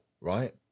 right